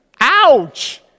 Ouch